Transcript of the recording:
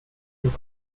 und